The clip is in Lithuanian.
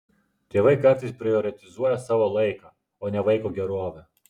tėvai kartais prioritizuoja savo laiką o ne vaiko gerovę